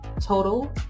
total